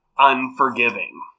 unforgiving